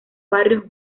barrios